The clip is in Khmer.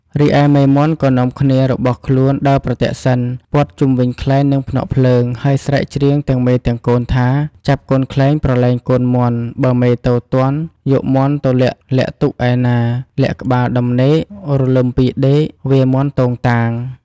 រីឯមេមាន់ក៏នាំគ្នារបស់ខ្លួនដើរប្រទក្សិណព័ទ្ធជុំវិញខ្លែង និងភ្នក់ភ្លើង ហើយស្រែកច្រៀងទាំងមេទាំងកូនថា«ចាប់កូនខ្លែងប្រឡែងកូនមាន់បើមេទៅទាន់ យកមាន់ទៅលាក់លាក់ទុកឯណា លាក់ក្បាលដំណេក រលឹកពីដេក វាយមាន់តូងតាង»។